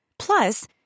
Plus